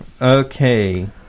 Okay